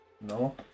No